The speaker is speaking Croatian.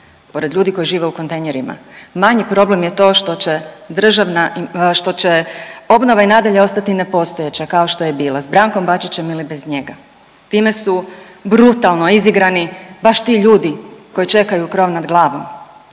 pored ljudi koji žive u kontejnerima, manji problem je to što će državna, što će obnova i nadalje ostati nepostojeća kao što je bila s Brankom Bačićem ili bez njega. Time su brutalno izigrani baš ti ljudi koji čekaju krov nad glavom.